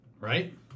Right